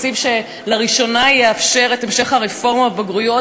תקציב שלראשונה יאפשר את המשך הרפורמה בבגרויות